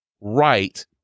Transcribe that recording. right